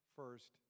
first